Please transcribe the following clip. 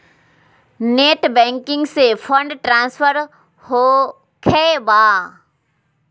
Net banking से fund transfer होखें बा?